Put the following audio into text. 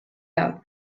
out